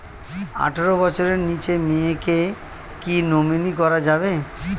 আঠারো বছরের নিচে মেয়েকে কী নমিনি করা যাবে?